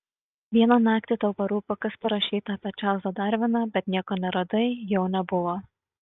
vieną naktį tau parūpo kas parašyta apie čarlzą darviną bet nieko neradai jo nebuvo